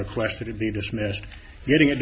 quested it be dismissed getting a